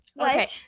okay